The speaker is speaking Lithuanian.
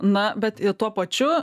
na bet tuo pačiu